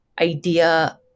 idea